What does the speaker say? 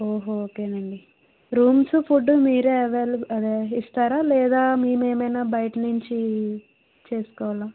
ఓహో ఓకే నండి rooms food మీరే అవైల అవైల ఇస్తారా లేదా మేమే ఏమైనా బయటి నుంచి చేసుకోవాలా